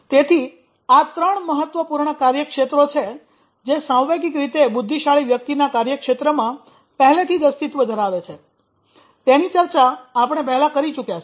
તેથી આ ત્રણ મહત્વપૂર્ણ કાર્યક્ષેત્રો છે જે સાંવેગિક રીતે બુદ્ધિશાળી વ્યક્તિના કાર્યક્ષેત્રમાં પહેલેથી જ અસ્તિત્વ ધરાવે છે તેની ચર્ચા આપણે પહેલા કરી ચૂક્યા છીએ